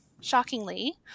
shockingly